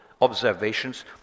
observations